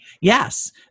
Yes